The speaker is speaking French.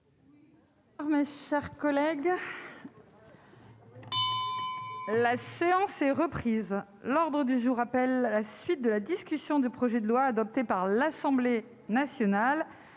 La séance est reprise. L'ordre du jour appelle la suite de la discussion du projet de loi, adopté par l'Assemblée nationale